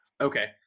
Okay